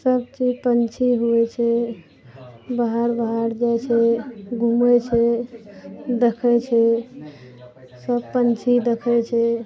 सब चीज पक्षी होइ छै बाहर बाहर जाइ छै घुमै छै देखै छै सब पक्षी देखै छै